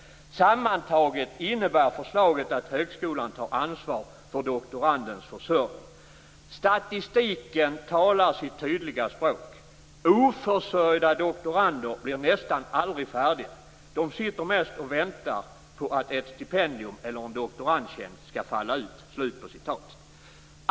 Sammantaget innebär förslaget att högskolan tar ansvar för doktorandens försörjning. Statistiken talar sitt tydliga språk: oförsörjda doktorander blir nästan aldrig färdiga, de sitter mest och väntar på att ett stipendium eller en doktorandtjänst skall falla ut."